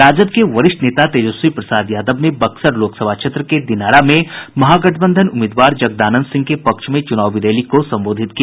राजद के वरिष्ठ नेता तेजस्वी प्रसाद यादव ने बक्सर लोकसभा क्षेत्र के दिनारा में महागठबंधन उम्मीदवार जगदानंद सिंह के पक्ष में चुनावी रैली को संबोधित किया